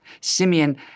Simeon